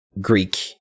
Greek